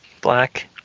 black